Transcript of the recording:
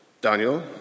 Daniel